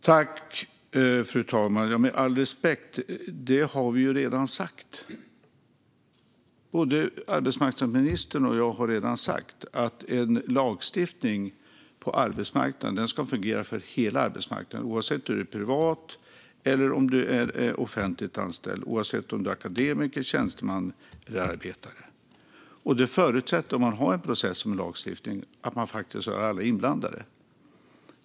Fru talman! Med all respekt: Det har vi ju redan sagt. Både arbetsmarknadsministern och jag har sagt att en lagstiftning på arbetsmarknaden ska fungera för hela arbetsmarknaden, oavsett om man är privat eller offentligt anställd och oavsett om man är akademiker, tjänsteman eller arbetare. En förutsättning för en process med lagstiftning är att ha med alla inblandade.